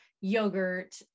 yogurt